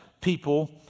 people